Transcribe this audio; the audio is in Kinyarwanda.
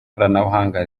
ikoranabuhanga